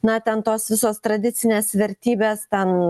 na ten tos visos tradicinės vertybės ten